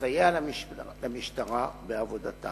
ולסייע למשטרה בעבודתה.